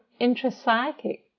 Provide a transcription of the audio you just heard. intrapsychic